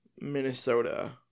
Minnesota